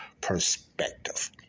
perspective